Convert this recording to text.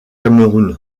cameroun